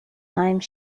time